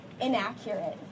inaccurate